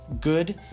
good